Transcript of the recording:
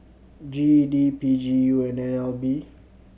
G E D P G U and N L B